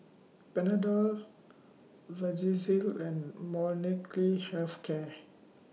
Panadol Vagisil and Health Care